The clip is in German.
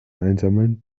einsammeln